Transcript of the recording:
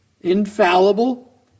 infallible